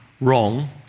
wrong